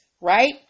right